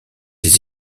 des